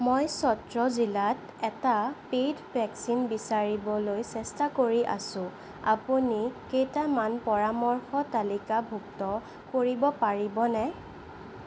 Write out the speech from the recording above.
মই চত্ৰ জিলাত এটা পেইড ভেকচিন বিচাৰিবলৈ চেষ্টা কৰি আছো আপুনি কেইটামান পৰামৰ্শ তালিকাভুক্ত কৰিব পাৰিবনে